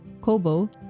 Kobo